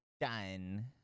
done